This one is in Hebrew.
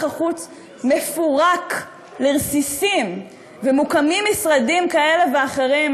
החוץ מפורק לרסיסים ומוקמים משרדים כאלה ואחרים.